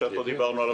שדיברנו עליו.